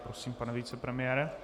Prosím, pane vicepremiére.